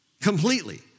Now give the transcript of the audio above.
completely